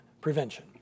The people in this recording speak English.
prevention